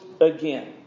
again